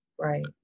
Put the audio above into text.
right